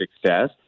success